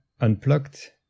Unplugged